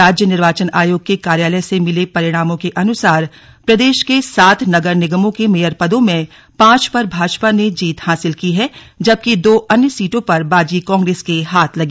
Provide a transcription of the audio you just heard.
राज्य निर्वाचन आयोग के कार्यालय से मिले परिणामों के अनुसार प्रदेश के सात नगर निगमों के मेयर पदों में पांच पर भाजपा ने जीत हासिल की जबकि दो अन्य सीटों पर बाजी कांग्रेस के हाथ लगी